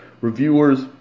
reviewers